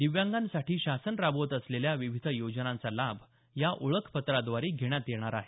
दिव्यांगासाठी शासन राबवत असलेल्या विविध योजनांचा लाभ या ओळखपत्राद्वारे घेता येणार आहे